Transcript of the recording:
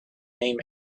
name